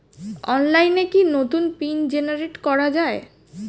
অনলাইনে কি নতুন পিন জেনারেট করা যায়?